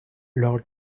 lord